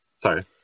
sorry